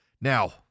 Now